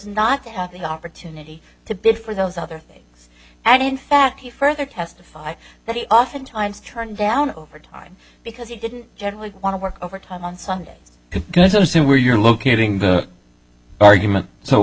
not to have the opportunity to bid for those other things and in fact he further testified that he oftentimes turned down overtime because he didn't generally want to work overtime on sunday i could see where you're locating the argument so